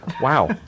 Wow